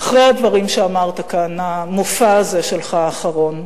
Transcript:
אחרי הדברים שאמרת כאן, המופע הזה שלך, האחרון.